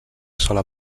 sola